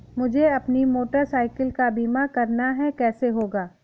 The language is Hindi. मुझे अपनी मोटर साइकिल का बीमा करना है कैसे होगा?